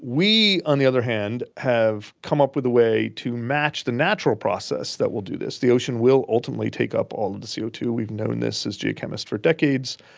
we on the other hand have come up with a way to match the natural process that will do this, the ocean will ultimately take up all of the c o two, we've known this as geochemists for decades,